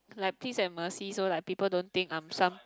like please have mercy so like people don't think I'm some